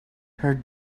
her